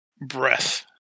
breath